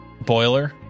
boiler